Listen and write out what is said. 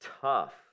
tough